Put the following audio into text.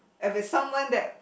if it's someone that